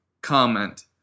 comment